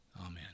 Amen